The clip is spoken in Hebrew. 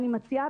אני מציעה,